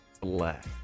black